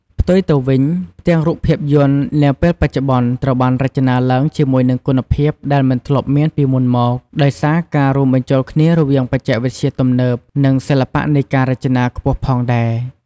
ផ្ទុយទៅវិញ ផ្ទាំងរូបភាពយន្តនាពេលបច្ចុប្បន្នត្រូវបានរចនាឡើងជាមួយនឹងគុណភាពដែលមិនធ្លាប់មានពីមុនមក ដោយសារការរួមបញ្ចូលគ្នារវាងបច្ចេកវិទ្យាទំនើប និងសិល្បៈនៃការរចនាខ្ពស់ផងដែរ ។